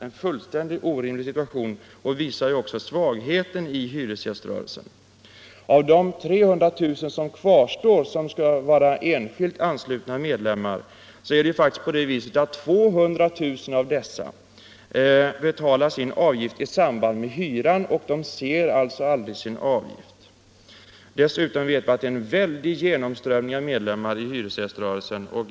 Det är en fullständigt orimlig situation, och det visar också svagheten i hyresgäströrelsen. Av de 300 000 som kvarstår, som skall vara enskilt anslutna medlemmar, betalar faktiskt 200000 sin avgift i samband med hyran; de ser alltså aldrig sin avgift. Dessutom är det en väldig genomströmning av medlemmar i hyresgäströrelsen.